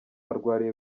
arwariye